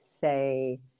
say